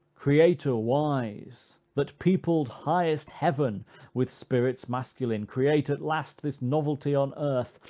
creator wise, that peopled highest heaven with spirits masculine, create at last this novelty on earth,